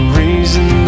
reason